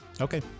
Okay